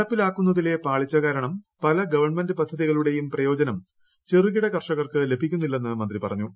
നടപ്പിലാക്കുന്നതിലെ പാളിച്ച കാരണം പല ഗവൺമെന്റ് പദ്ധതികളുടേയും പ്രയോജനം ചെറുകിട കർഷകർക്ക് ലഭിക്കുന്നില്ലെന്ന് മന്ത്രി പറഞ്ഞു